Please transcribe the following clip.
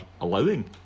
allowing